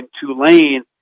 Tulane